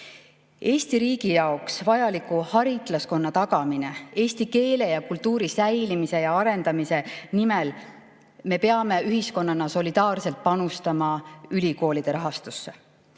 Eesti riigi jaoks vajaliku haritlaskonna olemasolu tagamise ning eesti keele ja kultuuri säilimise ja arendamise nimel peame ühiskonnana solidaarselt panustama ülikoolide rahastamisse.